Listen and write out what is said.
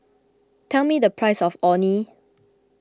tell me the price of Orh Nee